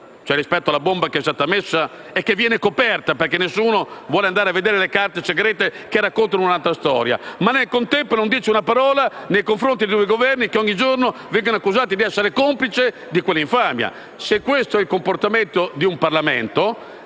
rispetto alla bomba che sarebbe stata messa e che sarebbe stata coperta. Nessuno vuole andare a vedere le carte segrete che raccontano un'altra storia, ma nel contempo non dice una parola nei confronti di Governi che ogni giorno vengono accusati di essere complici di quell'infamia. Ditemi se questo è il comportamento di un Parlamento!